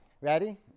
Ready